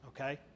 Okay